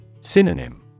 Synonym